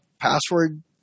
password